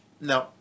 No